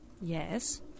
Yes